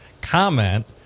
comment